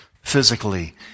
physically